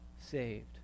saved